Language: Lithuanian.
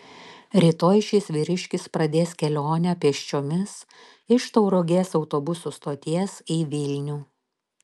rytoj šis vyriškis pradės kelionę pėsčiomis iš tauragės autobusų stoties į vilnių